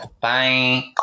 Bye